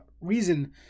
reason